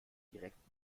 direkt